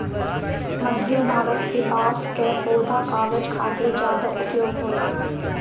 मध्य भारत के बांस कअ पौधा कागज खातिर ज्यादा उपयोग होला